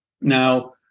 Now